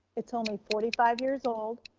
it's only forty five years old.